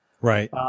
Right